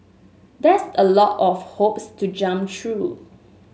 that's a lot of hoops to jump through